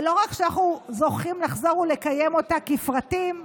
ולא רק שאנחנו זוכים לחזור ולקיים אותה כפרטים,